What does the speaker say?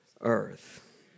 earth